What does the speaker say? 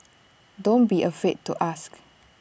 don't be afraid to ask